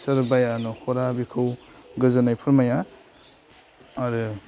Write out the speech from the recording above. सोरबाया नख'रा बेखौ गोजोननाय फोरमाया आरो